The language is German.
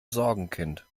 sorgenkind